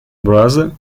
brother